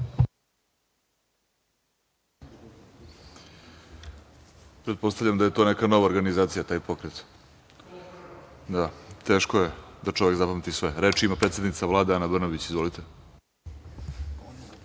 Pretpostavljam da je to neka nova organizacija taj pokret. Teško je da čovek zapamti sve. Reč ima predsednica Vlade, Ana Brnabić. Izvolite.